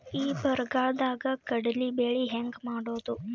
ಈ ಬರಗಾಲದಾಗ ಕಡಲಿ ಬೆಳಿ ಹೆಂಗ ಮಾಡೊದು?